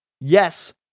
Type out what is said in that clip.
Yes